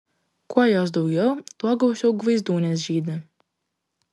kuo jos daugiau tuo gausiau gvaizdūnės žydi